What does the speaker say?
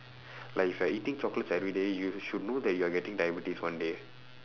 like if you're eating chocolates everyday you should know that you are getting diabetes one day